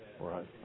Right